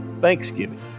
Thanksgiving